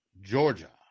Georgia